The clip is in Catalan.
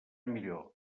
millor